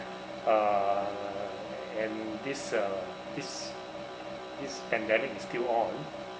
uh and this uh this this pandemic is still on